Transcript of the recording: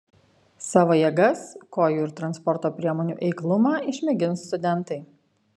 savo jėgas kojų ir transporto priemonių eiklumą išmėgins studentai